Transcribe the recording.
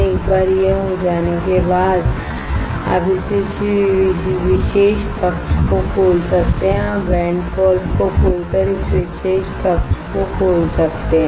एक बार यह हो जाने के बाद आप इस विशेष कक्ष को खोल सकते हैं आप वेंट वाल्व को खोलकर इस विशेष कक्ष को खोल सकते हैं